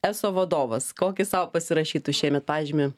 eso vadovas kokį sau pasirašytų šiemet pažymį